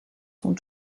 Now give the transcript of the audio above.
sont